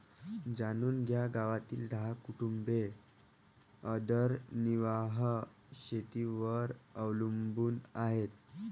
जाणून घ्या गावातील दहा कुटुंबे उदरनिर्वाह शेतीवर अवलंबून आहे